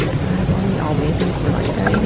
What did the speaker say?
god, if only all babies were like that. i know,